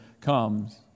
comes